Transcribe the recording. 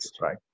right